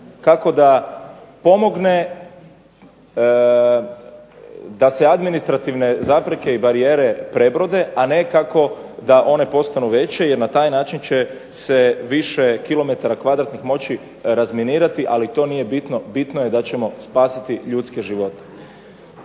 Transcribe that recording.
kako da pomogne da se administrativne zapreke i barijere prebrode,a ne kako da one postanu veće jer na taj način će se više km kvadratnih moći razminirati. Ali to nije bitno, bitno je da ćemo spasiti ljudske živote.